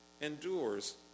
endures